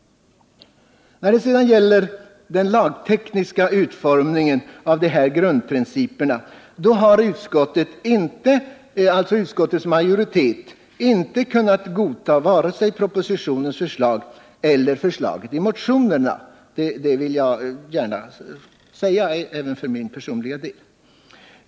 När det sedan gäller den lagtekniska utformningen av dessa grundprinciper har utskottets majoritet inte kunnat godta vare sig propositionens förslag eller förslaget i motionerna. Detta gäller även för min personliga del.